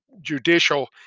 judicial